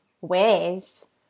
ways